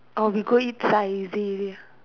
or we go eat Saizeriya